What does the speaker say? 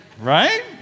Right